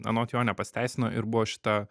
anot jo nepasiteisino ir buvo šita